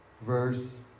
verse